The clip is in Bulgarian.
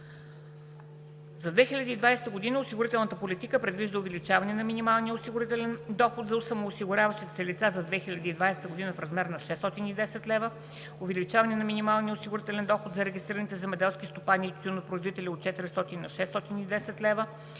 За 2020 г. осигурителната политика предвижда: - увеличаване на минималния осигурителен доход за самоосигуряващите се лица за 2020 г. в размер на 610 лв.; - увеличаване на минималния осигурителен доход за регистрираните земеделски стопани и тютюнопроизводители от 400 лв. на 610 лв.;